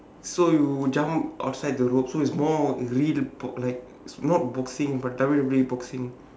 so you jump outside the rope so it's more on really the box~ like it's not boxing but W_W_E boxing